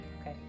okay